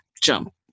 jump